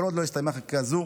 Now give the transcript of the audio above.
כל עוד לא הסתיימה חקיקה זו,